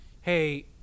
hey